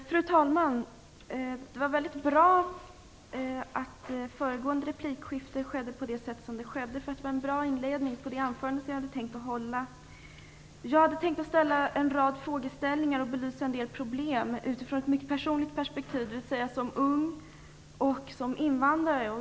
Fru talman! Föregående replikskifte gav en bra inledning till det anförande jag tänkte hålla. Jag hade tänkt ställa en rad frågor och belysa en del problem utifrån ett mycket personligt perspektiv dvs. som ung och som invandrare.